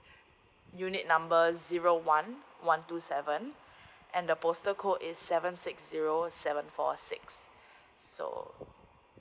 unit number zero one one two seven and the postal code is seven six zero seven four six so